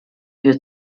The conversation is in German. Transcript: wir